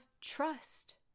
trust